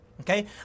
Okay